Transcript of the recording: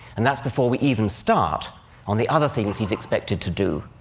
and that's before we even start on the other things he's expected to do,